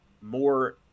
more